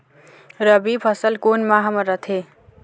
रबी फसल कोन माह म रथे?